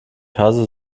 hasse